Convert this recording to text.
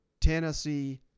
Tennessee